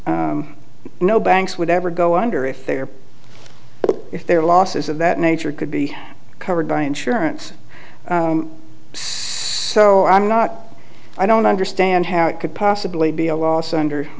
no banks would ever go under if they are if their losses of that nature could be covered by insurance so i'm not i don't understand how it could possibly be a loss under